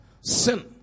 Sin